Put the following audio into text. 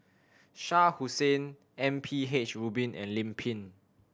Shah Hussain M P H Rubin and Lim Pin